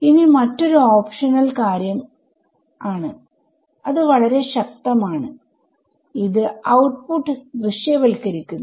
ഇനി മറ്റൊരു ഓപ്ഷണൽ കാര്യം ആണ്അത് വളരെ ശക്തമാണ് ഇത് ഔട്ട്പുട്ട് ദൃശ്യവൽക്കരിക്കുന്നു